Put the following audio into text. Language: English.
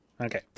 Okay